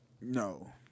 no